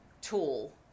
tool